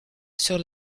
sur